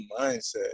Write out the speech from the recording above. mindset